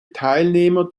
teilnehmer